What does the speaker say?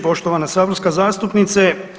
Poštovana saborska zastupniče.